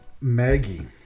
Maggie